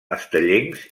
estellencs